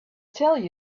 tell